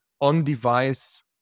on-device